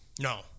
No